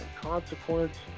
consequence